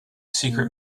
secret